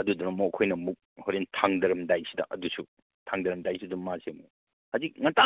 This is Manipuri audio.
ꯑꯗꯨꯗꯨꯅ ꯑꯃꯨꯛ ꯑꯩꯈꯣꯏꯅ ꯑꯃꯨꯛ ꯍꯣꯔꯦꯟ ꯊꯥꯡꯗꯔꯝꯗꯥꯏꯁꯤꯗ ꯑꯗꯨꯁꯨ ꯊꯥꯡꯗꯔꯝꯗꯥꯏꯁꯤꯗ ꯃꯥꯁꯦ ꯑꯃꯨꯛ ꯍꯥꯏꯗꯤ ꯉꯟꯇꯥ